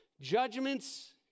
judgments